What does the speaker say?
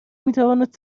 میتواند